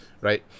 Right